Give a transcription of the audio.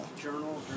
journal